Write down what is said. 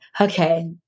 okay